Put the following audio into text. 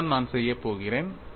அதைத்தான் நான் செய்யப் போகிறேன்